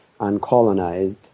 uncolonized